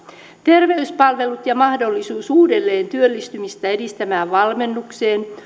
terveyspalvelut ja mahdollisuus uudelleen työllistymistä edistävään valmennukseen